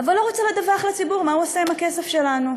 אבל לא רוצה לדווח לציבור מה הוא עושה עם הכסף שלנו.